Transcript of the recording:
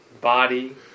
body